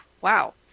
wow